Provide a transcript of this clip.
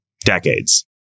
decades